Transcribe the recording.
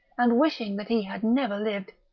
and wishing that he had never lived,